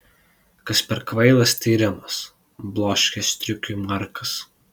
kas per kvailas tyrimas bloškė striukiui markas